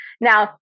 now